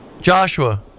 Joshua